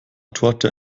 torte